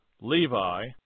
Levi